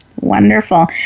Wonderful